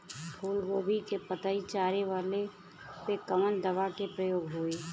फूलगोभी के पतई चारे वाला पे कवन दवा के प्रयोग होई?